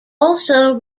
also